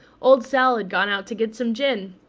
old sal had gone out to get some gin.